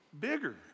Bigger